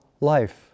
life